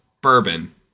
bourbon